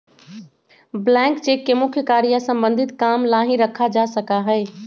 blank cheque के मुख्य कार्य या सम्बन्धित काम ला ही रखा जा सका हई